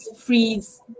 freeze